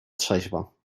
trzeźwo